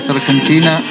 Argentina